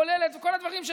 כולל את כל הדברים,